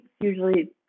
usually